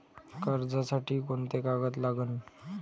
कर्जसाठी कोंते कागद लागन?